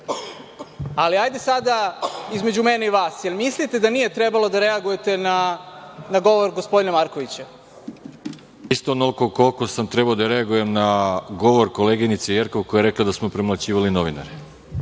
Ali, hajde sada između mene i vas, jel mislite da nije trebalo da reagujete na govor gospodina Markovića? **Veroljub Arsić** Isto onoliko koliko sam trebao da reagujem na govor koleginice Jerkov, koja je rekla da smo premlaćivali novinare.